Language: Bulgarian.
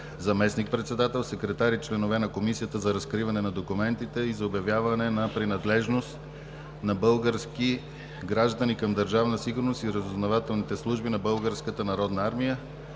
заместник-председател, секретар и членове на Комисията за разкриване на документи и за обявяване на принадлежност на български граждани към Държавна сигурност и разузнавателните служби на